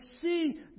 see